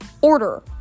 order